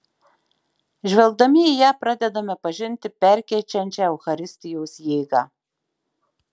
žvelgdami į ją pradedame pažinti perkeičiančią eucharistijos jėgą